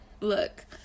Look